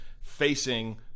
facing